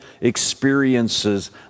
experiences